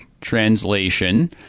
translation